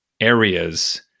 areas